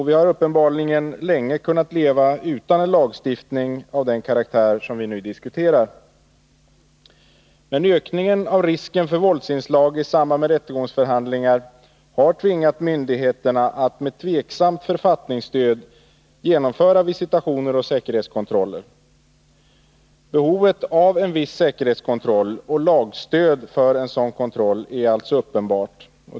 Vi har uppenbarligen länge kunnat leva utan en lagstiftning av den karaktär som vi nu diskuterar, men ökningen av risken för våldsinslag i samband med rättegångsförhandlingar har tvingat myndigheterna att med tvivelaktigt författningsstöd genomföra visitationer och säkerhetskontroller. Behovet av viss säkerhetskontroll och lagstöd för sådan kontroll är alltså uppenbart.